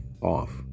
off